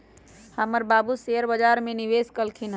हमर बाबू शेयर बजार में निवेश कलखिन्ह ह